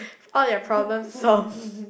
all their problems solved